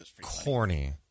Corny